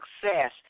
success